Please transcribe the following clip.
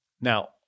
Now